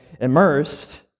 immersed